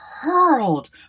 hurled